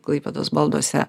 klaipėdos balduose